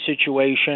situation